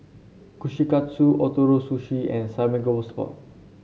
Kushikatsu Ootoro Sushi and Samgeyopsal